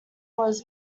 was